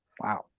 wow